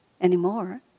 anymore